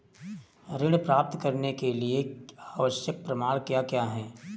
ऋण प्राप्त करने के लिए आवश्यक प्रमाण क्या क्या हैं?